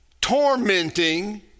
tormenting